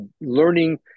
learning